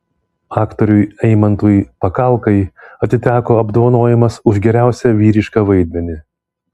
aktoriui eimantui pakalkai atiteko apdovanojimas už geriausią vyrišką vaidmenį